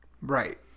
Right